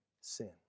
sin